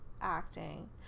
acting